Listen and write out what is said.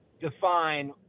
define